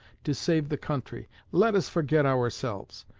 to save the country let us forget ourselves,